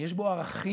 ויש בו ערכים,